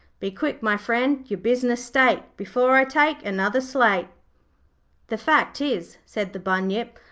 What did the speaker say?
be quick, my friend, your business state, before i take another slate the fact is said the bunyip,